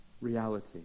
reality